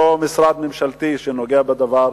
אותו משרד ממשלתי שנוגע בדבר,